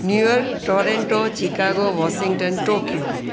New York Toronto Chicago Washington Tokyo